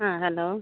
അ hello